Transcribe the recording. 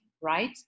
right